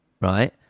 Right